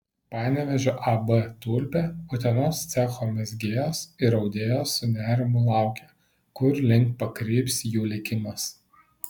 panevėžio ab tulpė utenos cecho mezgėjos ir audėjos su nerimu laukė kurlink pakryps jų likimas